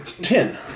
Ten